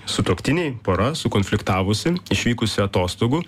sutuoktiniai pora sukonfliktavusi išvykusi atostogų